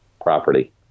property